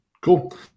Cool